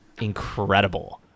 incredible